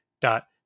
dot